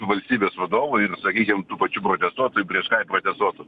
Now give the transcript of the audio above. valstybės vadovo ir sakykim tų pačių protestuotojų prieš ką jie protestuotų